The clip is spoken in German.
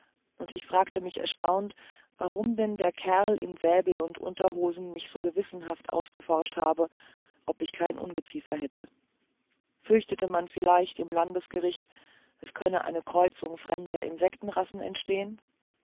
und ich fragte mich erstaunt warum denn der kerl in säbel und unterhosen mich so gewissenhaft ausgeforscht habe ob ich kein ungeziefer hätte fürchtete man vielleicht im landesgericht es könne eine kreuzung fremder insektenrassen entstehen